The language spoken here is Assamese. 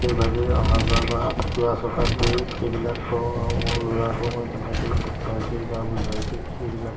সেইভাগেই অহা যোৱা বা ফুৰা চকা কৰি সেইবিলাক কৰোঁ আৰু মোৰ ল'ৰাকো মই তেনেকৈয়ে শিকাইছোঁ বা বুজাইছোঁ এইবিলাক